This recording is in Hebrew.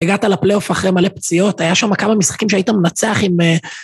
הגעת לפליי אוף אחרי מלא פציעות, היה שם כמה משחקים שהיית מנצח עם...